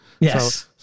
Yes